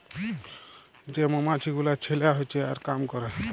যে মমাছি গুলা ছেলা হচ্যে আর কাম ক্যরে